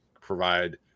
provide